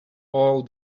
all